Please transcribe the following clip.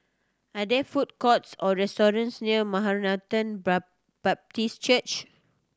are there food courts or restaurants near Maranatha Baptist Church